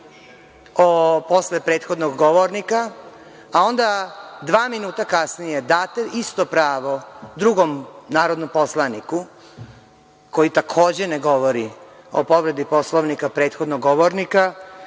posle prethodnog govornika, a onda dva minuta kasnije date isto pravo drugom narodnom poslaniku, koji takođe ne govori o povredi Poslovnika prethodnog govornika,